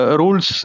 rules